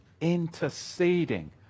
interceding